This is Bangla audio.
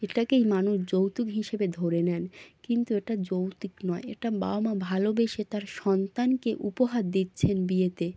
এটাকেই মানুষ যৌতুক হিসেবে ধরে নেন কিন্তু এটা যৌতুক নয় এটা বাবা মা ভালোবেসে তার সন্তানকে উপহার দিচ্ছেন বিয়েতে